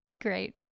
Great